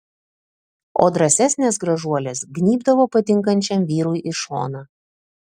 o drąsesnės gražuolės gnybdavo patinkančiam vyrui į šoną